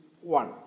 one